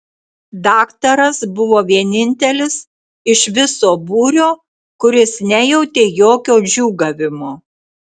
daktaras buvo vienintelis iš viso būrio kuris nejautė jokio džiūgavimo